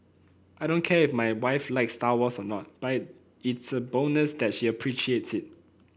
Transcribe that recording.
I don't care if my wife likes Star Wars or not but it's a bonus that she appreciates it